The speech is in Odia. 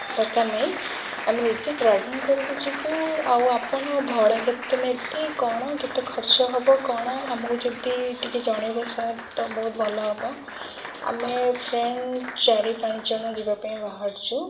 ଦରକାର ନାହିଁ ଆମେ ନିଜେ ଡ୍ରାଇଭିଙ୍ଗ୍ କରିକି ଯିବୁ ଆଉ ଆପଣ ଭଡ଼ା କେତେ ନେବେ କ'ଣ କେତେ ଖର୍ଚ୍ଚ ହେବ କ'ଣ ଆମକୁ ଯଦି ଟିକିଏ ଜଣାଇବେ ସାର୍ ତ ବହୁତ ଭଲ ହେବ ଆମେ ଫ୍ରେଣ୍ଡ୍ ଚାରି ପାଞ୍ଚ ଜଣ ଯିବା ପାଇଁ ବାହାରୁଛୁ